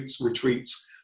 retreats